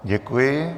Děkuji.